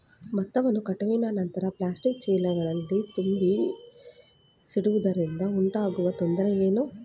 ಭತ್ತವನ್ನು ಕಟಾವಿನ ನಂತರ ಪ್ಲಾಸ್ಟಿಕ್ ಚೀಲಗಳಲ್ಲಿ ತುಂಬಿಸಿಡುವುದರಿಂದ ಉಂಟಾಗುವ ತೊಂದರೆ ಏನು?